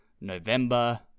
November